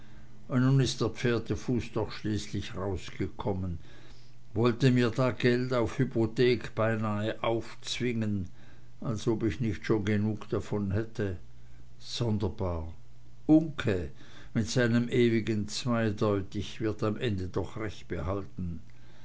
pferdefuß doch schließlich rausgekommen wollte mir da geld auf hypothek beinah aufzwingen als ob ich nicht schon genug davon hätte sonderbar uncke mit seinem ewigen zweideutig wird am ende doch recht behalten